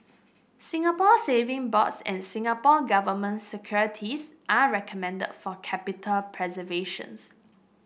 Singapore Saving Bonds and Singapore Government Securities are recommended for capital preservations